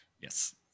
Yes